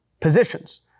positions